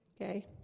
okay